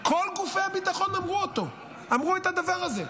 כל גופי הביטחון אמרו את הדבר הזה.